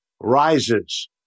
rises